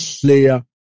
player